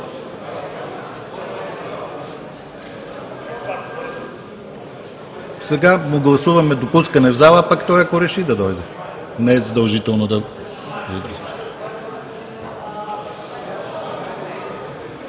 Сега гласуваме допускане в зала, а пък той ако реши – да дойде. Не е задължително.